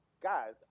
guys